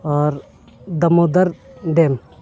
ᱟᱨ Damodar dam